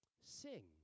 sing